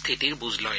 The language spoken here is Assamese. স্থিতিৰ বুজ লয়